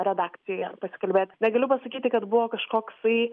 redakcijoje pasikalbėti negaliu pasakyti kad buvo kažkoksai